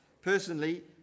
Personally